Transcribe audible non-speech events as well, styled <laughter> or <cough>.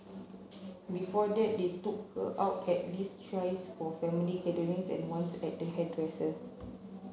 before that they took her out at least thrice for family gatherings and once <unintelligible> the hairdresser